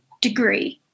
degree